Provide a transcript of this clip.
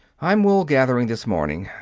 i'm wool-gathering this morning.